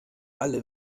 alle